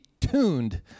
tuned